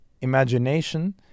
imagination